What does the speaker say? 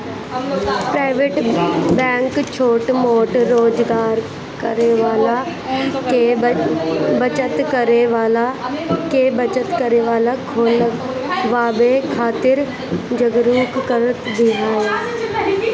private bank छोट मोट रोजगार करे वाला के बचत खाता खोलवावे खातिर जागरुक करत बिया